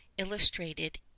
illustrated